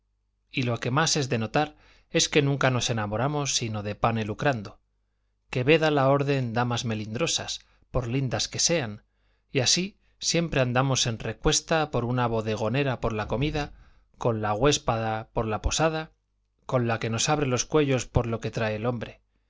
y lo que más es de notar es que nunca nos enamoramos sino de pane lucrando que veda la orden damas melindrosas por lindas que sean y así siempre andamos en recuesta con una bodegonera por la comida con la huéspeda por la posada con la que abre los cuellos por los que trae el hombre